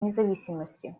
независимости